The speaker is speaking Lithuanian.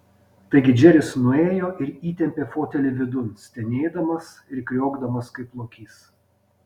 taigi džeris nuėjo ir įtempė fotelį vidun stenėdamas ir kriokdamas kaip lokys